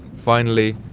finally,